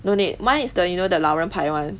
no need mine is the you know the 老人牌 [one]